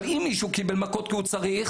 אם מישהו קיבל מכות כי הוא צריך